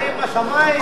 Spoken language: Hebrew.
מים מהשמים.